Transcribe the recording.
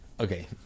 Okay